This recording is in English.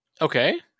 Okay